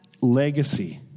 legacy